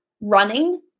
running